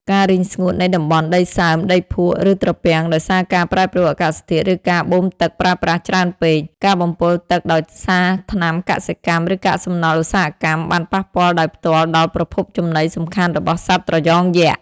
ការរីងស្ងួតនៃតំបន់ដីសើម ដីភក់ ឬត្រពាំងដោយសារការប្រែប្រួលអាកាសធាតុ ឬការបូមទឹកប្រើប្រាស់ច្រើនពេក ការបំពុលទឹកដោយសារថ្នាំកសិកម្ម ឬកាកសំណល់ឧស្សាហកម្ម បានប៉ះពាល់ដោយផ្ទាល់ដល់ប្រភពចំណីសំខាន់របស់សត្វត្រយងយក្ស។